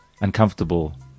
uncomfortable